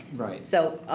right. so,